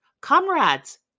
Comrades